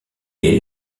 est